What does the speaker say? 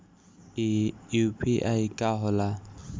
ई यू.पी.आई का होला?